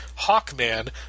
Hawkman